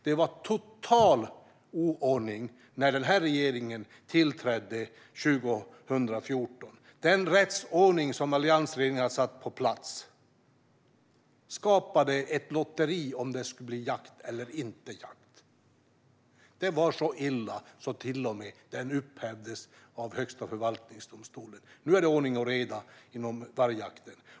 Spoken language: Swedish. Det var total oordning när denna regering tillträdde 2014. Den rättsordning som alliansregeringen hade satt på plats skapade ett lotteri när det gällde om det skulle bli jakt eller inte. Det var så illa att den till och med upphävdes av Högsta förvaltningsdomstolen. Nu är det ordning och reda inom vargjakten.